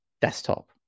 desktop